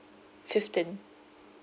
fifteen